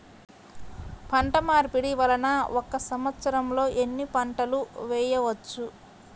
పంటమార్పిడి వలన ఒక్క సంవత్సరంలో ఎన్ని పంటలు వేయవచ్చు?